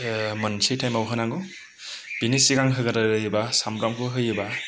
मोनसे टाइमाव होनांगौ बेनि सिगां होग्रोनाय जायोब्ला सामब्रामखौ होयोब्ला